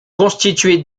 constitués